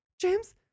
James